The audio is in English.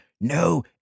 No